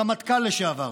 רמטכ"ל לשעבר,